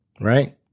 Right